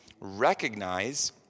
recognize